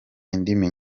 indimi